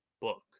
book